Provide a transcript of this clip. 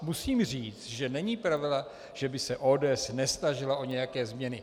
Musím říct, že není pravda, že by se ODS nesnažila o nějaké změny.